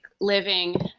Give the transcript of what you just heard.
living